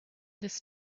this